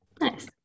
nice